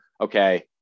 okay